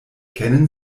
kennen